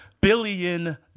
billion